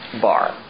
bar